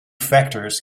factors